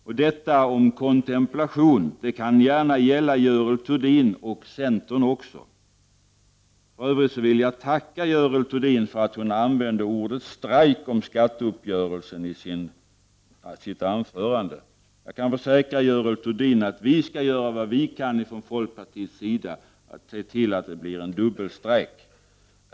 Det som jag sade om kontemplation kan gärna också få gälla för Görel Thurdin och centern. För övrigt vill jag tacka Görel Thurdin för att hon använde ordet strejk om skatteuppgörelsen i sitt anförande. Jag kan försäkra Görel Thurdin om att vi från folkpartiet skall göra vad vi kan för att se till att det blir en dubbelstrejk.